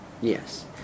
Yes